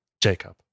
Jacob